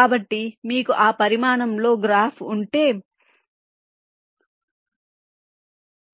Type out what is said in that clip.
కాబట్టి మీకు ఆ పరిమాణంలో గ్రాఫ్ ఉంటే